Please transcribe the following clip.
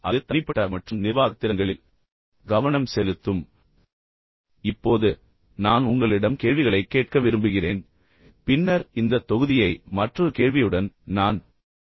அது தனிப்பட்ட மற்றும் நிர்வாகத் திறன்களில் கவனம் செலுத்தும் இப்போது நான் உங்களிடம் கேள்விகளைக் கேட்க விரும்புகிறேன் பின்னர் இந்த தொகுதியை மற்றொரு கேள்வியுடன் நான் தொடங்குகிறேன்